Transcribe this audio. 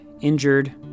injured